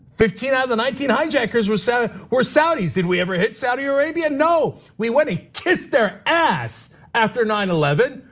fifteen out of the nineteen hijackers were so were saudis. did we ever hit saudi arabia? no, we went and kiss their ass after nine eleven,